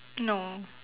no